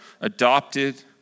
adopted